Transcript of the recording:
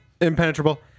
impenetrable